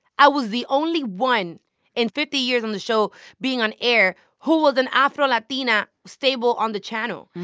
i was the only one in fifty years on the show being on air who was an afro-latina staple on the channel.